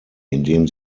indem